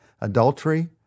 adultery